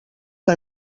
que